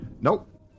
Nope